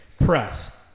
press